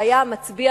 שהיה המצביא,